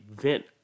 vent